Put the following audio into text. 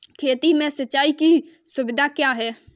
खेती में सिंचाई की सुविधा क्या है?